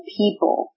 people